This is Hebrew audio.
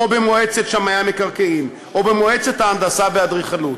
במועצת שמאי המקרקעין או במועצת ההנדסה והאדריכלות.